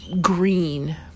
green